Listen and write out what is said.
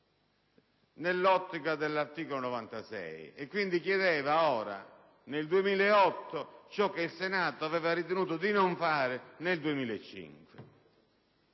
nell'ottica dell'articolo 96 e si chiedeva, nel 2008, ciò che il Senato aveva ritenuto di non fare nel 2005.